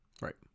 Right